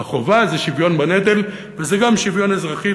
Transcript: בחובה זה שוויון בנטל, וזה גם שוויון אזרחי.